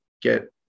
get